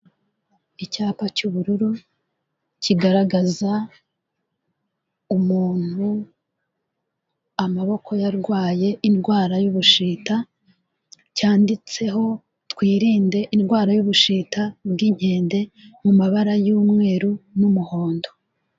Icyapa cy'ubururu kigaragaza umuntu amaboko ye arwaye indwara y'Ubushita, cyanditseho twirinde indwara y'Ubushita bw'inkende mu mabara y'umweru n'umuhondo.